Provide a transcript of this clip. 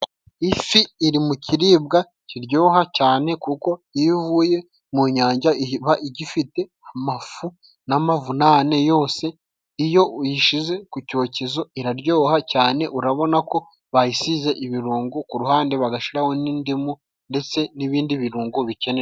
Ifi iri mu kiribwa kiryoha cyane, kuko iyo ivuye mu nyanja iba igifite amafu n'amavunane yose, iyo uyishyize ku cyokezo iraryoha cyane urabona ko bayisize ibirungo, ku ruhande bagashiraho n'indimu ndetse n'ibindi birungo bikenewe.